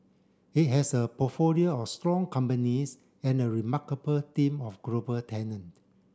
it has a portfolio of strong companies and a remarkable team of global talent